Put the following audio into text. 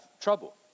trouble